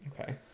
Okay